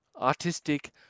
artistic